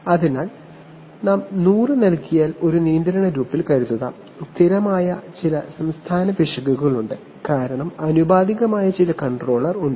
അതിനാൽ നിങ്ങൾ നൂറ് നൽകിയാൽ ഒരു നിയന്ത്രണ ലൂപ്പിൽ കരുതുക സ്ഥിരമായ ചില പിശകുകളുണ്ട് കാരണം ആനുപാതികമായ ചില കൺട്രോളർ ഉണ്ട്